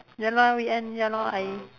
ya lor weekend ya lor I